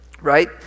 Right